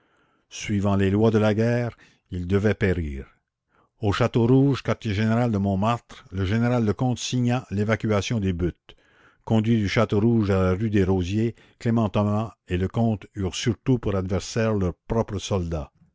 suivant les lois de la guerre ils devaient périr au château rouge quartier général de montmartre le général lecomte signa l'évacuation des buttes conduits du château rouge à la rue des rosiers clément thomas et lecomte eurent surtout pour adversaires leurs propres soldats